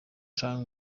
canke